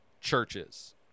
churches